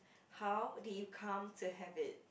how did you come to have it